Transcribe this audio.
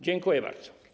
Dziękuję bardzo.